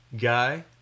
guy